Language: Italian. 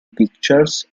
pictures